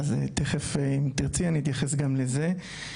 יניב אז תיכף אם תרצי אני אתייחס גם לזה.